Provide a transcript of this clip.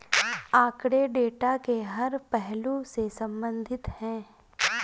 आंकड़े डेटा के हर पहलू से संबंधित है